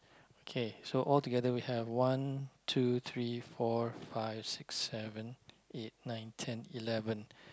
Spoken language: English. okay so altogether we have one two three four five six seven eight nine ten eleven